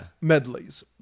medleys